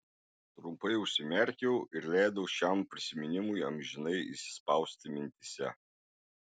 trumpai užsimerkiau ir leidau šiam prisiminimui amžinai įsispausti mintyse